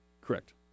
Correct